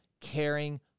caring